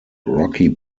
rocky